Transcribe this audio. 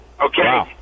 okay